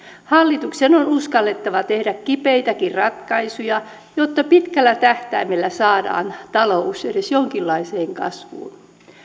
hallituksen on uskallettava tehdä kipeitäkin ratkaisuja jotta pitkällä tähtäimellä saadaan talous edes jonkinlaiseen kasvuun